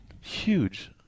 huge